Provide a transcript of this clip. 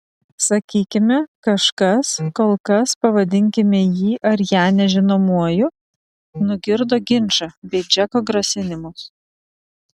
sakykime kažkas kol kas pavadinkime jį ar ją nežinomuoju nugirdo ginčą bei džeko grasinimus